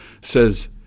says